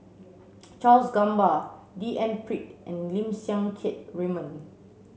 Charles Gamba D N Pritt and Lim Siang Keat Raymond